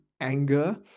anger